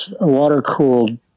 Water-cooled